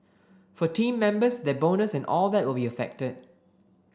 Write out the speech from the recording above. for team members their bonus and all that will be affected